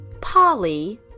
Polly